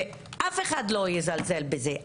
ואף אחד לא יזלזל בזה,